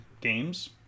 Games